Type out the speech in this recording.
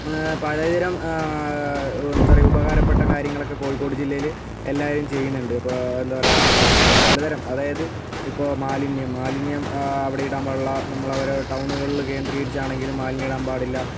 പലതരം എന്താ പറയുക ഉപകാരപ്പെട്ട കാര്യങ്ങളൊക്കെ കോഴിക്കോട് ജില്ലയിൽ എല്ലാവരും ചെയ്യുന്നുണ്ട് അപ്പോൾ എന്താ പറയുക ഇപ്പോൾ പലതരം അതായത് ഇപ്പോൾ മാലിന്യം മാലിന്യം അവിടെ ഇടാൻ പാടില്ല നമ്മളവരെ ടൗണുകളിൽ കേന്ദ്രീകരിച്ച് ആണെങ്കിലും മാലിന്യം ഇടാൻ പാടില്ല